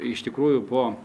iš tikrųjų po